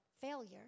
failure